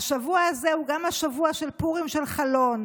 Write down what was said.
השבוע הזה הוא גם השבוע של פורים של חלון,